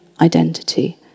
identity